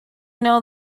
know